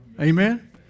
Amen